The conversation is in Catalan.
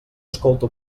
escolta